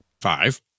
Five